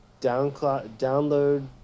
download